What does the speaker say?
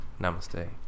Namaste